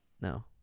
No